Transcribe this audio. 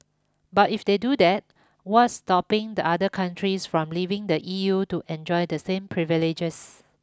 but if they do that what's stopping the other countries from leaving the E U to enjoy the same privileges